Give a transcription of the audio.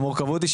המורכבות היא,